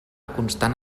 constant